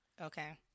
Okay